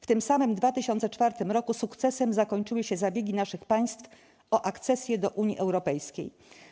W tym samym 2004 r. sukcesem zakończyły się zabiegi naszych państw o akcesję do Unii Europejskiej.